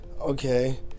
okay